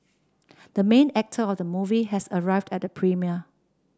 the main actor of the movie has arrived at the premiere